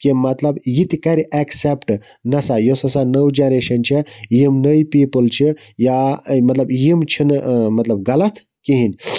کہِ مَطلَب یہِ تہِ کَرِ ایٚکسیٚپٹہٕ نَسا یۄس ہَسا نٔو جَنریشَن چھِ یِم نٔے پیٖپل چھِ یا مَطلَب یِم چھِ نہٕ مَطلَب غَلَط کِہیٖنۍ